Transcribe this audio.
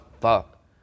fuck